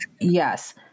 yes